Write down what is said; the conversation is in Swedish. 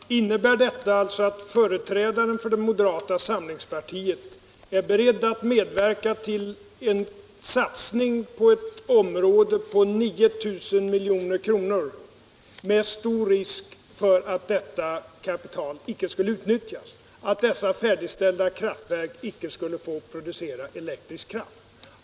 Herr talman! Innebär detta alltså att företrädaren för moderata samlingspartiet är beredd att medverka till att på ett område satsa 9 000 milj.kr., med stor risk för att detta kapital icke skulle utnyttjas, att färdigställda kraftverk inte skulle få producera elektrisk kraft?